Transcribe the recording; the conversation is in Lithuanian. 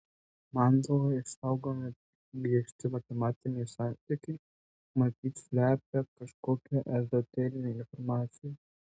mandaloje išsaugomi griežti matematiniai santykiai matyt slepia kažkokią ezoterinę informaciją